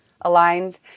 aligned